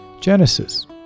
Genesis